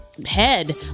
head